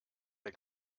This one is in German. der